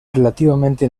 relativamente